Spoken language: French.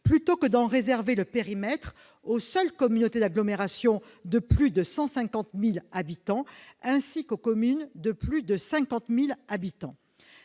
plutôt que d'en réserver le périmètre aux seules communautés d'agglomération de plus de 150 000 habitants, ainsi qu'aux communes de plus de 50 000 habitants